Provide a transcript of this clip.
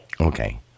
Okay